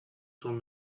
schon